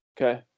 Okay